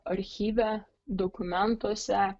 archyve dokumentuose